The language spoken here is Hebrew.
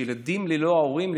שבו ילדים ללא הורים,